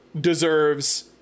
deserves